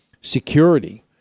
security